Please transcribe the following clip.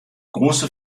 große